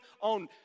on